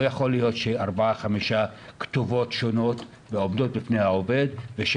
לא יכול להיות שיש ארבע חמש כתובות שונות בפני העובד ולוקח